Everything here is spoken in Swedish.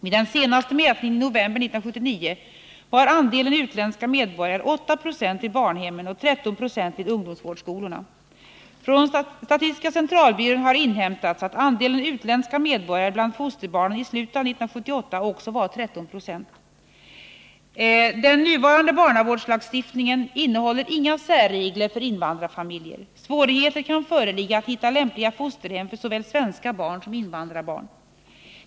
Vid den senaste mätningen i november 1979 var andelen utländska medborgare 8 20 vid barnhemmen och 13 20 vid ungdomsvårdsskolorna. Från statistiska centralbyrån har inhämtats att andelen utländska medborgare bland fosterbarnen i slutet av 1978 också var 13 96. Den nuvarande barnavårdslagstiftningen innehåller inga särregler för invandrarfamiljer. Svårigheter kan föreligga att hitta lämpliga fosterhem för såväl svenska barn som invandrarbarn.